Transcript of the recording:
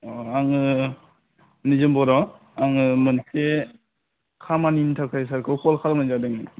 अ आङो निजोम बर' आङो मोनसे खामानिनि थाखाय सारखौ कल खालामनाय जादोंमोन